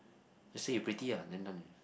just say you pretty ah then done already